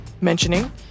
mentioning